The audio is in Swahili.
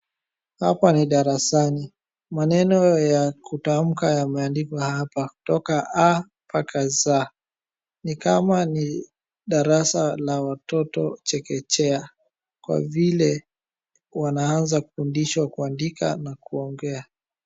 Hapa ni darasani, maneno ya kutamka yameandikwa hapa kutoka A mpaka Z.Ni kama ni darasa la watoto chekechea kwa vile wanaweza fundishwa kuandika na kuongea.